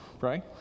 right